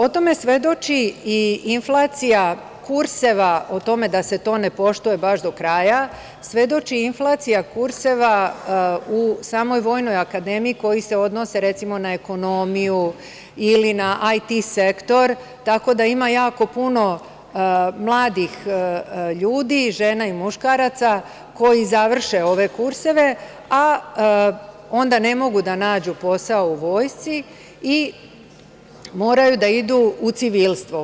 O tome da se to ne poštuje baš do kraja svedoči i inflacija kurseva u samoj Vojnoj akademiji koji se odnose, recimo, na ekonomiju ili na IT sektor, tako da ima jako puno mladih ljudi, žena i muškaraca koji završe ove kurseve, a onda ne mogu da nađu posao u Vojsci i moraju da idu u civilstvo.